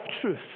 truth